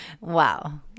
Wow